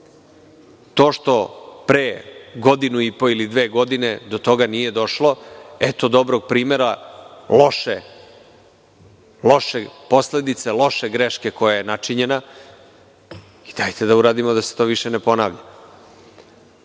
To što pre godinu i po ili dve godine do toga nije došlo, eto dobrog primera loše posledice loše greške koja je načinjena i dajte da uradimo da se to više ne ponavlja. Ali,